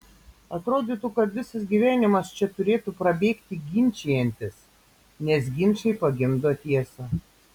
atrodytų kad visas gyvenimas čia turėtų prabėgti ginčijantis nes ginčai pagimdo tiesą